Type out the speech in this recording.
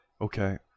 Okay